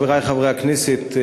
חברי חברי הכנסת,